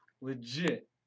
Legit